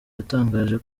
yatangaje